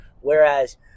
Whereas